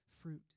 fruit